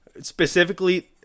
specifically